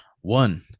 One